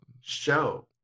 Show